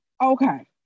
Okay